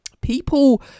People